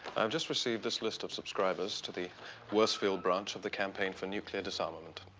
i've just received this list of subscribers to the worsfield branch of the campaign for nuclear disarmament.